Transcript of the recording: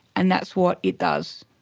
and that's what it does.